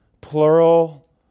plural